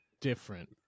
different